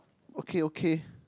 okay okay